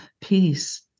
peace